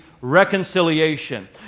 reconciliation